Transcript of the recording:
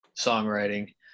songwriting